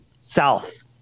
south